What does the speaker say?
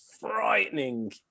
Frightening